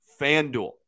FanDuel